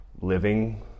living